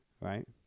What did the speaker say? right